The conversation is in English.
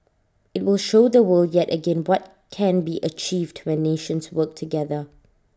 IT will show the world yet again what can be achieved when nations work together